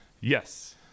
Yes